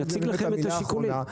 האם זאת באמת המילה האחרונה,